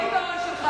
נכון, שיתגייסו.